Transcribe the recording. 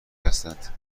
هستند